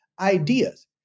ideas